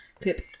clip